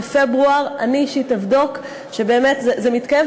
בפברואר אני אישית אבדוק שבאמת זה מתקיים,